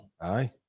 Aye